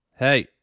Hey